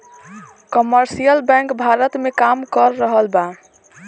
commercial bank Bharat में काम कर रहल बा